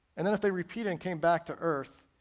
and then if they repeated and came back to earth,